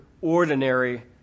ordinary